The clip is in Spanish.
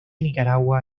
nicaragua